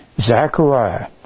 Zechariah